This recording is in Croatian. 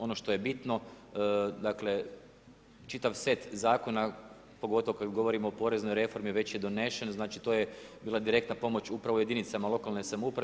Ono što je bitno dakle čitav set zakona pogotovo kada govorimo o poreznoj reformi već je donesen, znači to je bila direktna pomoć upravo jedinicama lokalne samouprave.